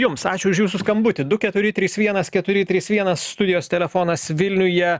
jums ačiū už jūsų skambutį du keturi trys vienas keturi trys vienas studijos telefonas vilniuje